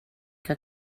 que